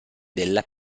della